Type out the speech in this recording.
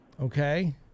Okay